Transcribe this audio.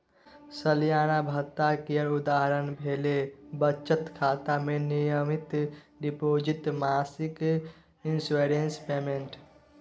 सलियाना भत्ता केर उदाहरण भेलै बचत खाता मे नियमित डिपोजिट, मासिक इंश्योरेंस पेमेंट